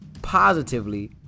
positively